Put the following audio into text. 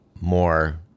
more